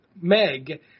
Meg